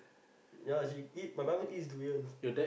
ya he eat my mama eats durians